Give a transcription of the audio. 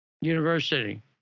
University